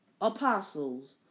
apostles